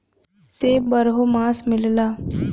सेब बारहो मास मिलला